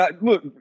look